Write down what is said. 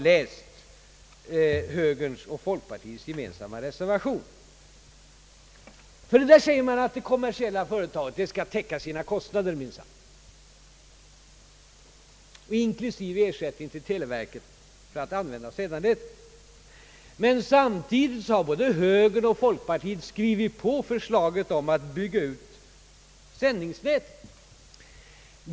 I högerns och folkpartiets gemensamma reservation sägs det att det kommersiella företaget minsann skall täcka sina kostnader inklusive ersättning till televerket för att få använda sändningsnätet. Samtidigt har både högern och folkpartiet skrivit på förslaget om att bygga ut sändningsnätet.